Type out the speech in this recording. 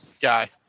guy